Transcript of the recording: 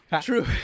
True